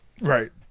Right